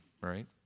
right